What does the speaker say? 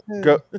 go